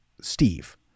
Steve